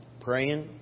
praying